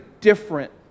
different